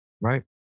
right